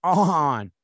on